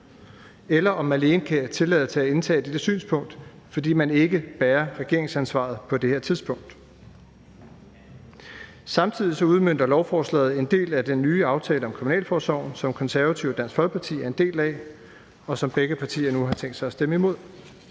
eller om man alene kan tillade sig at indtage dette synspunkt, fordi man ikke bærer regeringsansvaret på det her tidspunkt. Samtidig udmønter lovforslaget en del af den nye aftale om kriminalforsorgen, som Konservative og Dansk Folkeparti er en del af, men som begge partier nu har tænkt sig at stemme imod.